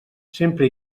sempre